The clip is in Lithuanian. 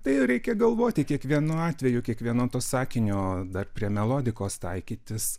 tai reikia galvoti kiekvienu atveju kiekviena to sakinio dar prie melodikos taikytis